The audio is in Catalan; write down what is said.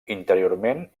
interiorment